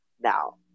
Now